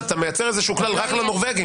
אז אתה מייצר כלל רק לנורבגים.